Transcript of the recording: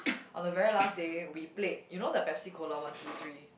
on the very last day we played you know the Pepsi Cola one two three